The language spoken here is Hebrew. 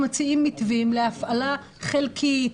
מציעים מתווים להפעלה חלקית,